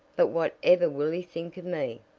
but what ever will he think of me?